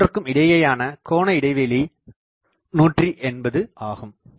ஒவ்வொன்றுக்கும் இடையேயானா கோண இடைவெளி 180 ஆகும்